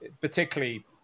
particularly